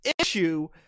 issue